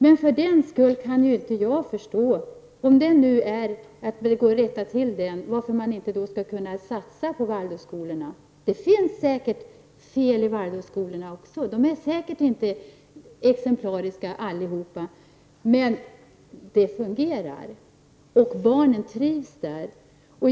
Men för den skull kan ju inte jag förstå varför man inte kan satsa på Waldorfskolorna. Det finns säkert fel i Waldorfskolorna också. De är säkert inte exemplariska allihop, men de fungerar och barnen trivs där.